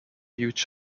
huge